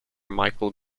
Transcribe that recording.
michael